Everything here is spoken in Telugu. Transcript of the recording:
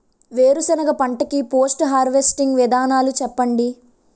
వేరుసెనగ పంట కి పోస్ట్ హార్వెస్టింగ్ విధానాలు చెప్పండీ?